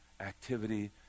activity